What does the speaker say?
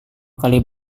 kali